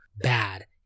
bad